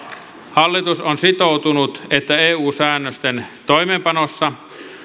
hallitus on sitoutunut siihen että eu säännösten toimeenpanossa